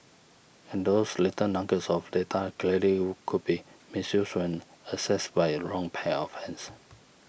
and those little nuggets of data clearly could be misused when accessed by a wrong pair of hands